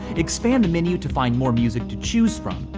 expand the menu to find more music to choose from.